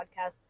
podcast